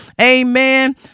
amen